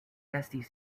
estis